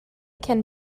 can